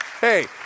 Hey